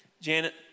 Janet